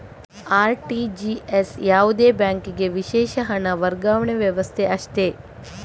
RTGS ಯಾವುದೇ ಬ್ಯಾಂಕಿಗೆ ವಿಶೇಷ ಹಣ ವರ್ಗಾವಣೆ ವ್ಯವಸ್ಥೆ ಅಷ್ಟೇ